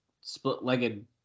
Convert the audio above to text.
split-legged